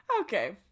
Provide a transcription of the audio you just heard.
okay